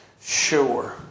sure